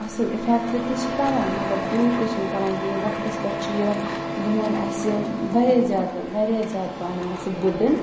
اَصٕل اِفٮ۪کٹ تہِ چھِ کَران مگر تیوٗت تہِ چھِنہٕ کَران کِہیٖنۍ وقتَس پٮ۪ٹھ چھِ یہِ لون اَسہِ واریاہ زیادٕ واریاہ زیادٕ بَنان سُہ بٕڑٕن